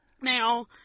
Now